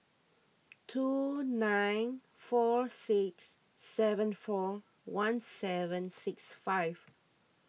two nine four six seven four one seven six five